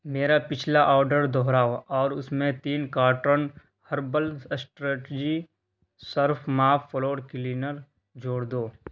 میرا پچھلا آڈر دوہراؤ اور اس میں تین کارٹن ہربلز اسٹریٹجی صرف ماپ فلور کلینر جوڑ دو